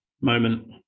moment